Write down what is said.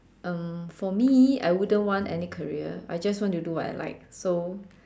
um for me I wouldn't want any career I just want to do what I like so